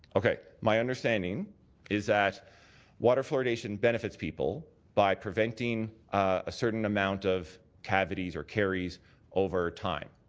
okay. my understanding is that water fluoridation benefits people by preventing a certain amount of cavities or carries over time.